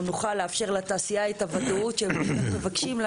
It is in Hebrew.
לאפשר לתעשייה את הוודאות שהיא כל כך מבקשת,